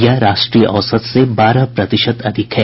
यह राष्ट्रीय औसत से बारह प्रतिशत अधिक है